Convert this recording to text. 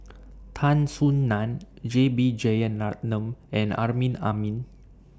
Tan Soo NAN J B Jeyaretnam and Amrin Amin